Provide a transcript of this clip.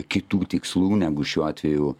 kitų tikslų negu šiuo atveju